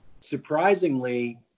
surprisingly